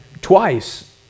twice